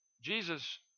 Jesus